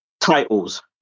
Titles